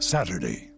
Saturday